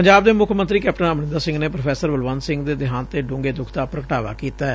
ਪੰਜਾਬ ਦੇ ਮੁੱਖ ਮੰਤਰੀ ਕੈਪਟਨ ਅਮਰਿੰਦਰ ਸਿੰਘ ਨੇ ਪ੍ਰੋਫੈਸਰ ਬਲਵੰਤ ਸਿੰਘ ਦੇ ਦੇਹਾਂਤ ਤੇ ਡੂੰਘੇ ਦੁੱਖ ਦਾ ਪ੍ਰਗਟਾਵਾ ਕੀਤੈ